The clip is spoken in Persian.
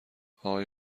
آقای